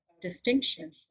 distinction